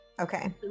Okay